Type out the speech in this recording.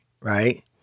Right